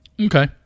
Okay